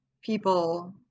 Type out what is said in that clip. people